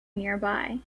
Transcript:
nearby